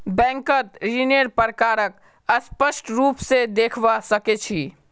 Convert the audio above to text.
बैंकत ऋन्नेर प्रकारक स्पष्ट रूप से देखवा सके छी